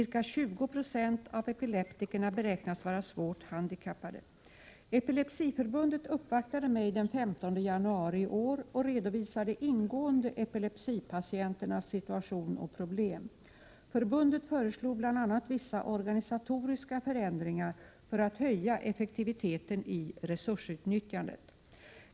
Ca 20 96 av epileptikerna beräknas vara svårt handikappade. Epilepsiförbundet uppvaktade mig den 15 januari i år och redovisade ingående epilepsipatienternas situation och problem. Förbundet föreslog bl.a. vissa organisatoriska förändringar för att höja effektiviteten i resursutnyttjandet.